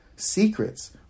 secrets